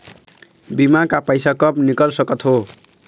बीमा का पैसा कब निकाल सकत हो?